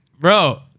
bro